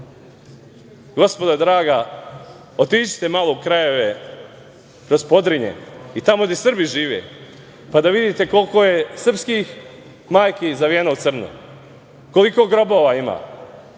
draga, otiđite malo u krajeve kroz Podrinje i tamo gde Srbi žive, pa da vidite koliko je srpskih majki zavijeno u crno, koliko grobova ima.